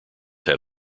have